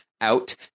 out